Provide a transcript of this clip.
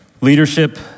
leadership